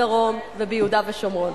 בדרום וביהודה ושומרון.